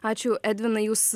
ačiū edvinai jūs